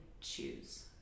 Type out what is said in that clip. choose